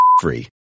free